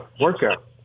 workout